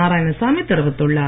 நாராயணசாமி தெரிவித்துள்ளார்